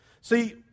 See